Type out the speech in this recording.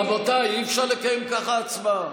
רבותיי, אי-אפשר לקיים ככה הצבעה.